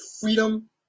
freedom